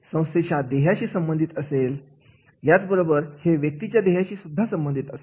संस्थेच्या ध्येयाशी संबंधित असते याचबरोबर हे व्यक्तीच्या ध्येयाशी सुद्धा संबंधित असते